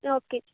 okay ਜੀ